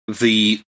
the-